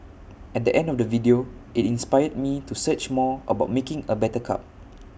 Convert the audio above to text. at the end of the video IT inspired me to search more about making A better cup